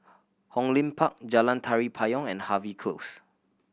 Hong Lim Park Jalan Tari Payong and Harvey Close